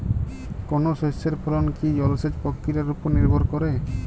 কোনো শস্যের ফলন কি জলসেচ প্রক্রিয়ার ওপর নির্ভর করে?